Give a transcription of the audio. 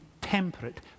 temperate